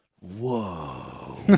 whoa